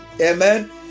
Amen